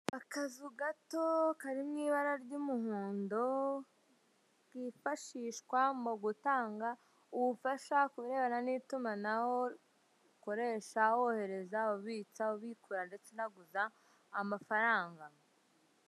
Akazu gato kari mu ibara ry'umuhondo kifashishwa mu gutanga ubufasha kubirebana n'itumanaho ukoresha wohereza, ubitsa, ubikura ndetse unaguza amafaranga.